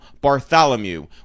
Bartholomew